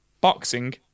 Boxing